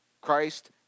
Christ